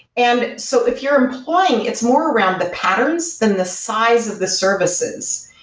and so if you're employing, it's more around the patterns than the size of the services.